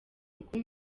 mukuru